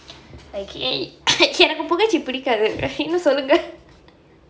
I kid I cannot எனக்கு புகழ்ச்சி பிடிக்காது ஏன்னு சொல்லுங்க:enakku pugalchi pidikaathu yaennu sollunga